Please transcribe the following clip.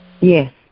Yes